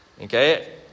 Okay